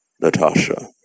Natasha